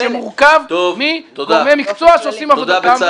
-- שמורכב מגורמי מקצוע שעושים את עבודתם,